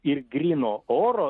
ir gryno oro